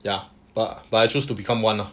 ya but but I choose to become [one] ah